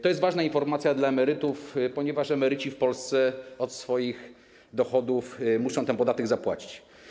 To jest ważna informacja dla emerytów, ponieważ emeryci w Polsce od swoich dochodów muszą ten podatek zapłacić.